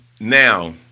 Now